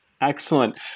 Excellent